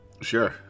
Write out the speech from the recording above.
Sure